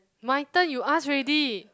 my turn you ask ready